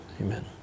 amen